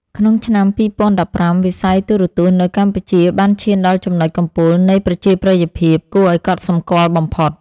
ក្នុងឆ្នាំ ២០១៥ វិស័យទូរទស្សន៍នៅកម្ពុជាបានឈានដល់ចំណុចកំពូលនៃប្រជាប្រិយភាពគួរឱ្យកត់សម្គាល់បំផុត។